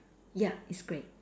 ya it's grey